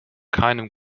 keinem